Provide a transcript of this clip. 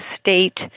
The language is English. state